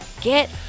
get